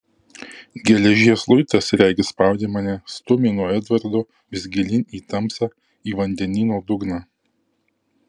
geležies luitas regis spaudė mane stūmė nuo edvardo vis gilyn į tamsą į vandenyno dugną